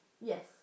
Yes